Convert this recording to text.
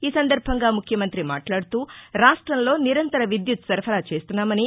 ఈ సందర్బంగా ముఖ్యమంతి మాట్లాడుతూ రాష్టంలో నిరంతర విద్యుత్ సరఫరా చేస్తున్నామని